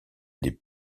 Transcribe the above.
les